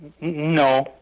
No